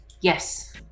Yes